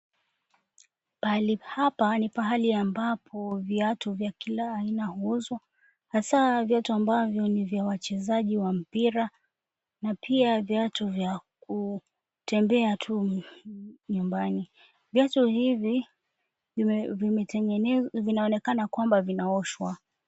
Pahali hapa ni pahali ambapo viatu vya kila aina huuzwa. Hasaa viatu ambavyo ni vya wachezaji wa mpira na pia viatu vya kutembea tu nyumbani. Viatu hivi vinaonekana kwamba vinaoshwa.